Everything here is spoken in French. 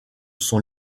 son